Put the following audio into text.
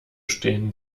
stehen